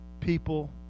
people